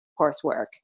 coursework